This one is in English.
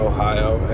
Ohio